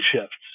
shifts